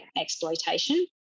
exploitation